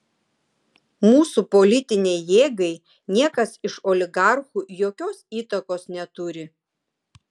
mūsų politinei jėgai niekas iš oligarchų jokios įtakos neturi